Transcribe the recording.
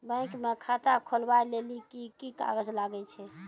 Bank म खाता खोलवाय लेली की की कागज लागै छै?